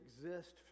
exist